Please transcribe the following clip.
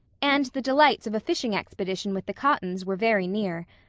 and the delights of a fishing expedition with the cottons were very near.